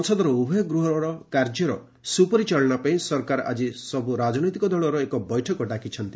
ସଂସଦର ଉଭୟ ଗୃହ କାର୍ଯ୍ୟର ସୁପରିଚାଳନା ପାଇଁ ସରକାର ଆଜି ସବୁ ରାଜନୈତିକ ଦଳର ଏକ ବୈଠକ ଡାକିଛନ୍ତି